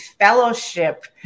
fellowship